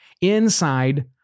inside